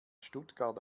stuttgart